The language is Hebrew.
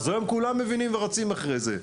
היום כולם מבינים ורצים אחרי זה.